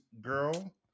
girl